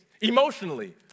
emotionally